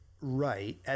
right